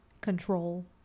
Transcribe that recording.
control